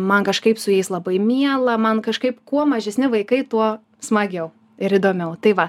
man kažkaip su jais labai miela man kažkaip kuo mažesni vaikai tuo smagiau ir įdomiau tai va